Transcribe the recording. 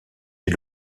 ses